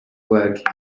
work